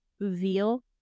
veal